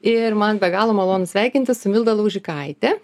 ir man be galo malonu sveikintis su milda laužikaite